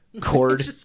Cord